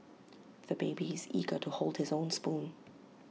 the baby is eager to hold his own spoon